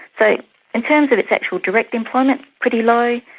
but in terms of its actual direct employment, pretty low.